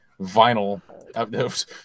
vinyl